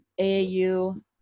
aau